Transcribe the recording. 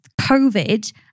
covid